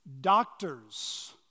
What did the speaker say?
doctors